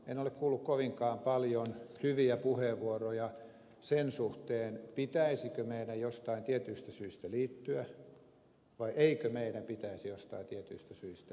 en ole kuullut kovinkaan paljon hyviä puheenvuoroja sen suhteen pitäisikö meidän jostain tietyistä syistä liittyä vai eikö meidän pitäisi jostain tietyistä syistä liittyä